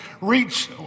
reach